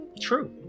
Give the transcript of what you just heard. true